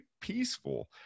peaceful